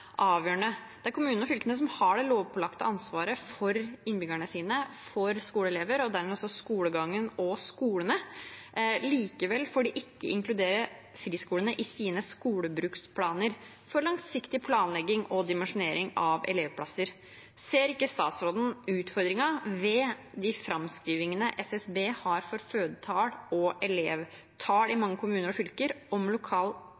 fylkene som har det lovpålagte ansvaret for innbyggerne sine, for skoleelever og dermed også for skolegangen og skolene. Likevel får de ikke inkludere friskolene i sine skolebruksplaner for langsiktig planlegging og dimensjonering av elevplasser. Ser ikke statsråden utfordringen ved de framskrivingene SSB har for fødetall og elevtall i mange kommuner og fylker, om